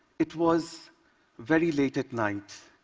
it was very late at night,